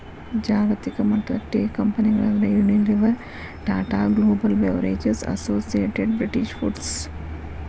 ಜಾಗತಿಕಮಟ್ಟದ ಟೇಕಂಪೆನಿಗಳಂದ್ರ Unilever, Tata Global Beverages, Associated British foods